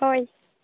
ᱦᱳᱭ